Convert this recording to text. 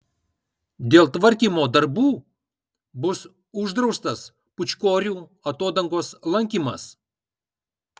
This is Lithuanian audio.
dėl tvarkymo darbų bus uždraustas pūčkorių atodangos lankymas